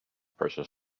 precious